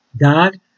God